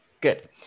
good